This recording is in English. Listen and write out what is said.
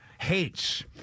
hates